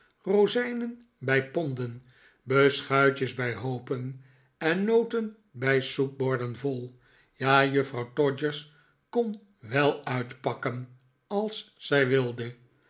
rozijnen bij ponden beschuitjes bij hoopen en noten bij soepborden vol ja juffrouw todgers kon wel uitpakken als zij wilde